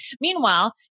Meanwhile